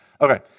Okay